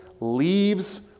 leaves